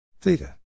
Theta